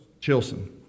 Chilson